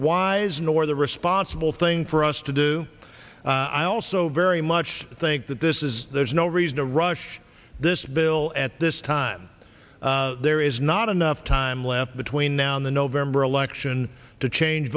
wise nor the responsible thing for us to do i also very much think that this is there's no reason to rush this bill at this time there is not enough time left between now and the november election to change